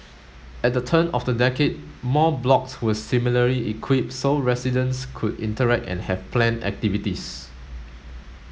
at the turn of the decade more blocks were similarly equipped so residents could interact and have planned activities